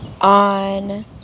on